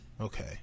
Okay